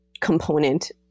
component